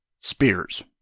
spears